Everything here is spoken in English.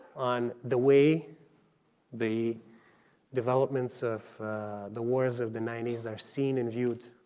on the way the developments of the wars of the ninety s are seen and viewed,